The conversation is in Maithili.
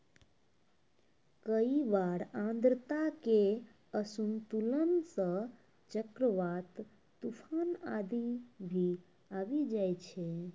कई बार आर्द्रता के असंतुलन सं चक्रवात, तुफान आदि भी आबी जाय छै